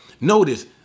Notice